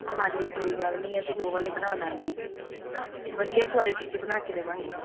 ਹਾਂਜੀ ਕੋਈ ਗੱਲ ਨੀ ਅਸੀਂ ਦੋ ਵਾਲ਼ੇ ਬਣਾਦਾਂਗੇ ਵਧੀਆ ਕਵਾਲਿਟੀ 'ਚ ਬਣਾ ਕੇ ਦੇਵਾਂਗੇ